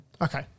Okay